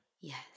Yes